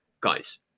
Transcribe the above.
guys